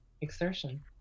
exertion